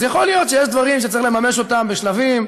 אז יכול להיות שיש דברים שצריך לממש אותם בשלבים,